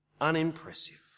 unimpressive